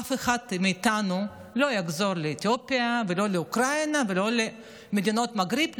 אף אחד מאיתנו לא יחזור לאתיופיה ולא לאוקראינה ולא למדינות המגרב,